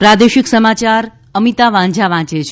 પ્રાદેશિક સમાચાર અમિતા વાંઝા વાંચે છે